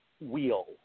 wheel